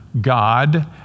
God